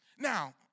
Now